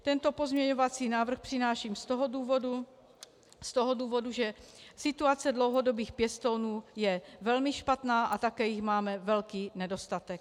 Tento pozměňovací návrh přináším z toho důvodu, že situace dlouhodobých pěstounů je velmi špatná a také jich máme velký nedostatek.